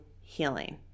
healing